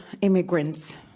immigrants